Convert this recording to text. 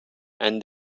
and